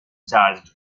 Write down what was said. charged